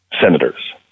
senators